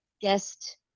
guest